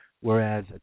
whereas